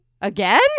again